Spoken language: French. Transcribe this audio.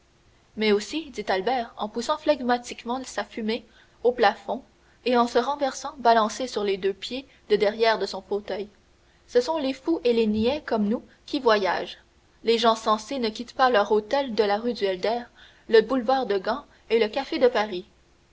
mais aussi dit albert en poussant flegmatiquement sa fumée au plafond et en se renversant balancé sur les deux pieds de derrière de son fauteuil ce sont les fous et les niais comme nous qui voyagent les gens sensés ne quittent pas leur hôtel de la rue du helder le boulevard de gand et le café de paris